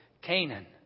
Canaan